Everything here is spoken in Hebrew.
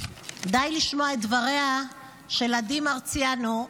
די לשמוע את דבריה של עדי מרציאנו,